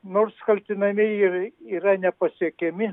nors kaltinamieji yra nepasiekiami